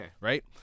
Right